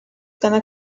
gonna